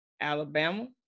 Alabama